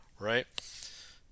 right